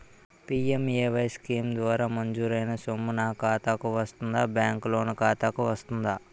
PMAY scheme ద్వారా మంజూరైన సొమ్ము నా ఖాతా కు వస్తుందాబ్యాంకు లోన్ ఖాతాకు వస్తుందా?